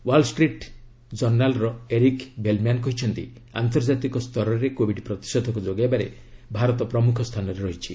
wall Street ଜର୍ନାଲ୍ର Eric Bellman କହିଛନ୍ତି ଆନ୍ତର୍ଜାତିକ ସ୍ତରରେ କୋବିଡ୍ ପ୍ରତିଷେଧକ ଯୋଗାଇବାରେ ଭାରତ ପ୍ରମୁଖ ସ୍ଥାନରେ ରହିଛି